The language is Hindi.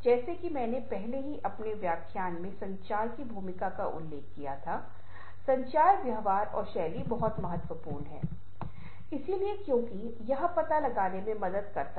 शीर्षक कहानी के बारे में अपेक्षाओं को उत्पन्न करता है जो बहुत अलग तरह का अर्थ उकसाता है